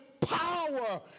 power